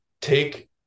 Take